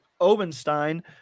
Obenstein